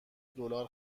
دلار